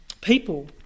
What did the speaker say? people